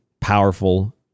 powerful